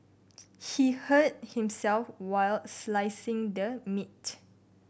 he hurt himself while slicing the meat